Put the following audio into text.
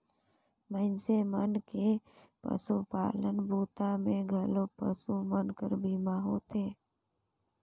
मइनसे मन के पसुपालन बूता मे घलो पसु मन कर बीमा होथे